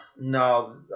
No